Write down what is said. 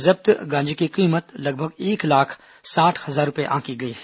जब्त गांजे की कीमत लगभग एक लाख साठ हजार रूपये आंकी गई है